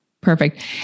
Perfect